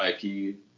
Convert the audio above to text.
IP